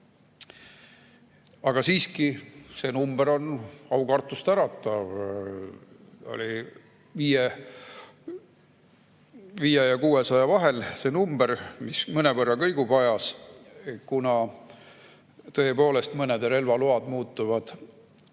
Aga siiski see number on aukartust äratav, 500 ja 600 vahel on see number, mis mõnevõrra kõigub ajas, kuna tõepoolest mõned relvaload muutuvad